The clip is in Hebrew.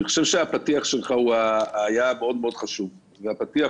אני חושב שהפתיח שלך היה מאוד מאוד חשוב והפתיח